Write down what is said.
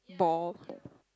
ball